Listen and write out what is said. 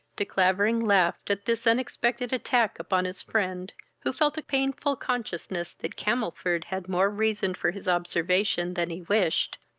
de clavering laughed at this unexpected attack upon his friend, who felt a painful consciousness that camelford had more reason for his observation that he wished,